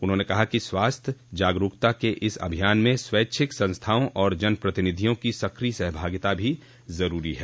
उन्होंने कहा कि स्वास्थ्य जागरूकता के इस अभियान में स्वैच्छिक संस्थाओं और जनप्रतिनिधियों की सकिय सहभागिता भी ज़रूरी है